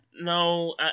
No